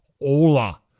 Ola